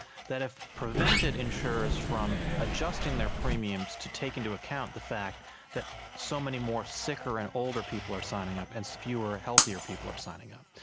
that have prevented insurers from adjusting their premiums to take into account the fact that so many more sicker and older people are signing up and fewer healthier people are signing up.